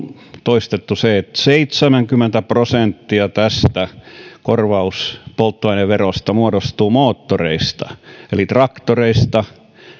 toistettu seitsemänkymmentä prosenttia tästä korvauspolttoaineverosta muodostuu moottoreista eli traktoreista